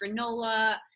granola